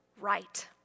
right